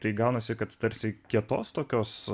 tai gaunasi kad tarsi kietos tokios